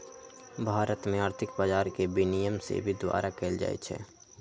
भारत में आर्थिक बजार के विनियमन सेबी द्वारा कएल जाइ छइ